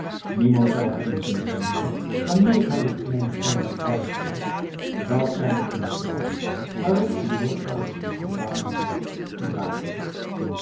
niemand zou hebben kunnen vermoeden wanneer hij het kleine tengere vrouwtje zag dat zij het nekje was waarop signor carlo's acrobatenhoofd draaide